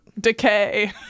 decay